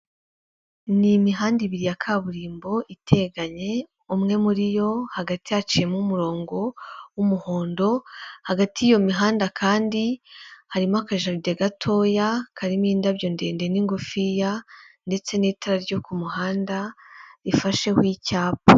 Ni imihanda ibiri ya kaburimbo iteganye, umwe muri yo hagati haciyemo umurongo w'umuhondo, hagati y'iyo mihanda kandi harimo akajaride gatoya karimo indabyo ndende n'ingufiya ndetse n'itara ryo ku muhanda rifasheho icyapa.